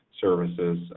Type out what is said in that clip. services